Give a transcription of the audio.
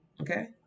Okay